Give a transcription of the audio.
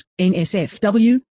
NSFW